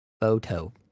photo